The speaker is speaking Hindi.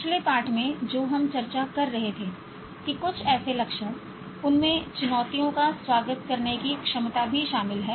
पिछले पाठ में जो हम चर्चा कर रहे थे कि कुछ ऐसे लक्षण उनमें चुनौतियों का स्वागत करने की क्षमता भी शामिल है